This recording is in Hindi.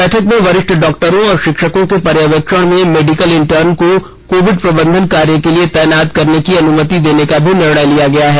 बैठक में वरिष्ठ डॉक्टरों और शिक्षकों के पर्यवेक्षण में मेडिकल इंटर्न को कोविड प्रबंधन कार्य के लिए तैनात करने की अनुमति देने का भी निर्णय लिया गया है